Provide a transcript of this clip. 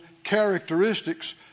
characteristics